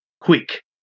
quick